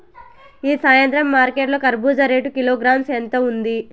ఈ సాయంత్రం మార్కెట్ లో కర్బూజ రేటు కిలోగ్రామ్స్ ఎంత ఉంది?